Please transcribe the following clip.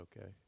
okay